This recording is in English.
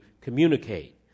communicate